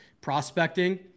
prospecting